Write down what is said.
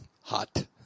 hot